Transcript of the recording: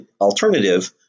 alternative